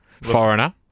Foreigner